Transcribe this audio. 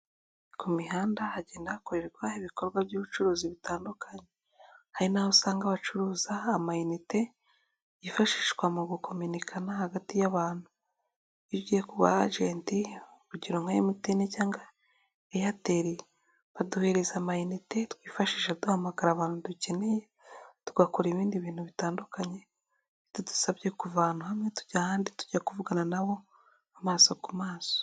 Ku mihanda hagenda hakorerwa ibikorwa by'ubucuruzi bitandukanye. Hari n'aho usanga bacuruza amayinite yifashishwa mu gukominikana hagati y'abantu. Iyo ugiye kuba ajenti urugero nka MTN cyangwa Airtel baduhereza amayinite twifashisha duhamagara abantu dukeneye. Tugakora ibindi bintu bitandukanye bitadusabye kuva hamwe tujya ahandi, tujya kuvugana na bo amaso ku maso.